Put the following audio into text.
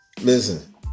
listen